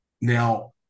Now